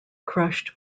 crushed